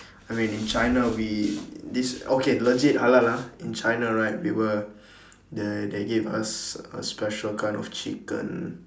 I mean in china we this okay legit halal ah in china right we were they they gave us a special kind of chicken